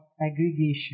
aggregation